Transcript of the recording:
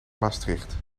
maastricht